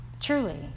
truly